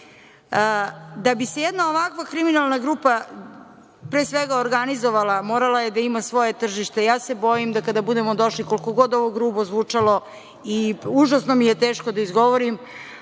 bi se jedna ovakva kriminalna grupa, pre svega organizovala, morala je da ima svoje tržište. Ja se bojim da kada budemo došli, koliko god ovo grubo zvučalo, užasno mi je teško da izgovorim,